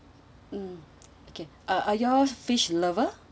mm okay are are you all fish lover